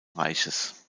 reichs